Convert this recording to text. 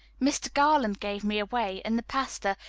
mr. garland gave me away, and the pastor,